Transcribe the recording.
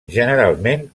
generalment